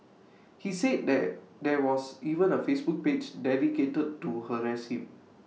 he said that there was even A Facebook page dedicated to harass him